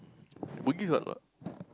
bugis got or not